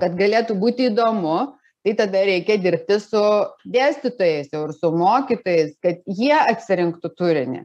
kad galėtų būti įdomu tai tada reikia dirbti su dėstytojais jau ir su mokytojais kad jie atsirinktų turinį